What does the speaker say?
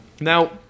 Now